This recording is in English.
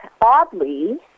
oddly